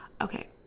okay